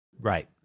right